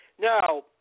Now